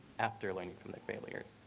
after learning from their failures